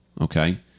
okay